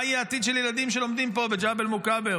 מה יהיה העתיד של ילדים שלומדים פה בג'בל מוכבר,